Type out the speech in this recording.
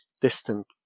distant